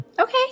Okay